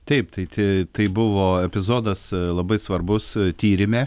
taip tai te tai buvo epizodas labai svarbus tyrime